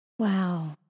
Wow